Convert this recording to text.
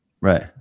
Right